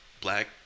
black